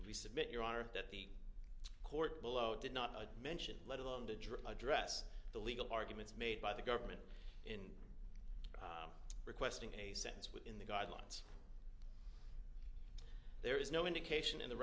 we submit your honor that the court below did not mention let alone to draw address the legal arguments made by the government in requesting a sentence within the guidelines there is no indication in the